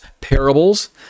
parables